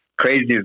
crazy